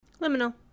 Liminal